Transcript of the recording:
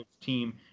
team